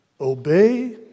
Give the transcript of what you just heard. obey